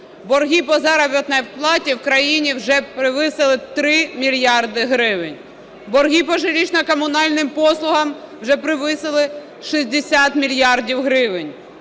Борги по заробітній платі в країні вже перевищили 3 мільярда гривень. Борги по житлово-комунальним послугам вже перевищили 60 мільярдів гривень,